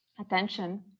attention